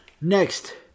Next